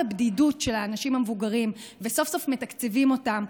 הבדידות של האנשים המבוגרים וסוף-סוף מתקצבים אותם,